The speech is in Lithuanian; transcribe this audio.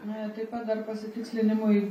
na taip pat dar pasitikslinimui